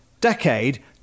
decade